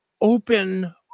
open